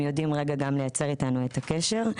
הם יודעים גם לייצר איתנו את הקשר.